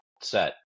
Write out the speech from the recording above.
set